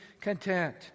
content